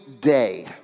day